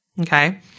Okay